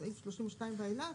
בסעיף 32 ואילך,